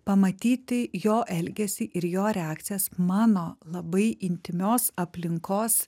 pamatyti jo elgesį ir jo reakcijas mano labai intymios aplinkos